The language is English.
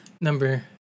number